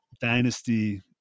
dynasty